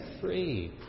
free